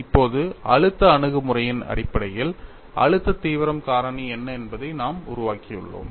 இப்போது அழுத்த அணுகு முறையின் அடிப்படையில் அழுத்த தீவிரம் காரணி என்ன என்பதை நாம் உருவாக்கியுள்ளோம்